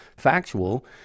factual